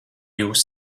jūs